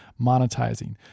monetizing